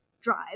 drive